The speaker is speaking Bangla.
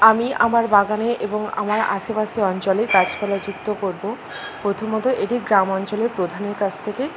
আমি আমার বাগানে এবং আমার আশেপাশে অঞ্চলের গাছপালাযুক্ত করব প্রথমত এটি গ্রাম অঞ্চলের প্রধানের কাছ থেকে